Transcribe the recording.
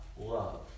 love